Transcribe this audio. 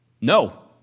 No